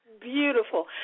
Beautiful